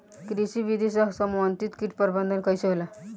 कृषि विधि से समन्वित कीट प्रबंधन कइसे होला?